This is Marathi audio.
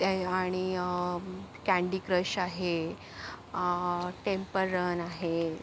ते आणि कँडी क्रश आहे टेम्पल रन आहे